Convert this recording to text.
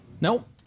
Nope